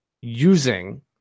using